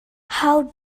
how